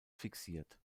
fixiert